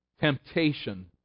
temptation